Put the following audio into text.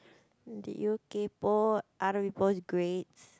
did you kaypoh other people's grades